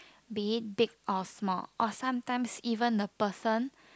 be it big or small or sometimes even a person